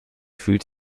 fühlt